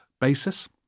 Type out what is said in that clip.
basis